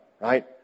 right